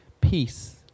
Peace